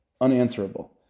unanswerable